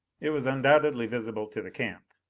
it was undoubtedly visible to the camp.